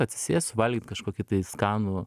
atsisėst suvalgyt kažkokį tai skanų